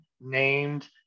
named